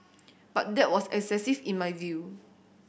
but that was excessive in my view